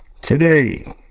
Today